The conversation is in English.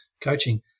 coaching